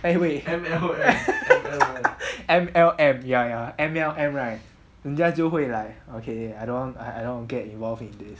M_L_M ya ya M_L_M right 人家就会 like okay I don't want I don't want to get involves in this